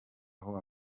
aho